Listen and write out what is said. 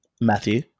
Matthew